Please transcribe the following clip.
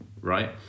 right